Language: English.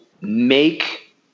make